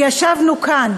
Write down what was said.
וישבנו כאן